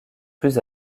plus